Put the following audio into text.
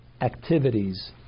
activities